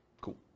Cool